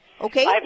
Okay